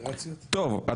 טוב,